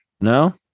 No